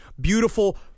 beautiful